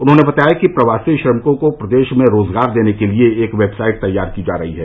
उन्होंने बताया कि प्रवासी श्रमिकों को प्रदेश में रोजगार देने के लिए एक वेबसाइट तैयार की जा रही है